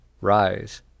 Rise